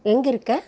எங்கே இருக்க